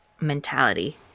mentality